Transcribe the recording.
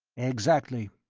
exactly.